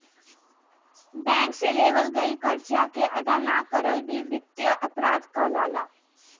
bank से लेवल गईल करजा के अदा ना करल भी बित्तीय अपराध कहलाला